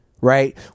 right